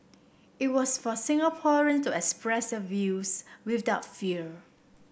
it was for Singaporean to express their views without fear